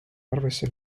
arvesse